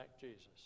Jesus